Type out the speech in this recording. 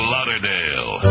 Lauderdale